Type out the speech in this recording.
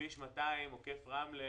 כביש 200 עוקף רמלה